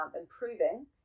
improving